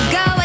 go